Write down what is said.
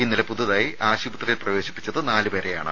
ഇന്നലെ പുതിയതായി ആശുപത്രിയിൽ പ്രവേശിപ്പിച്ചത് നാലുപേരെയാണ്